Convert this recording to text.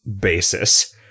basis –